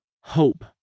hope